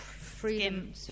freedom